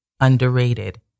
underrated